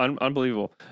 unbelievable